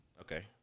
Okay